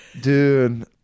Dude